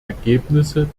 ergebnisse